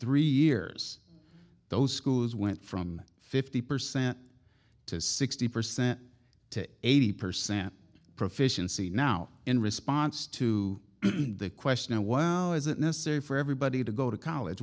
three years those schools went from fifty percent to sixty percent to eighty percent proficiency now in response to the question of well is it necessary for everybody to go to college